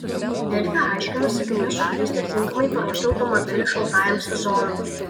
delfi aiškinasi kaip nesuklysti ir tinkamai paruošti automobilį šaltajam sezonui